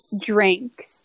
drink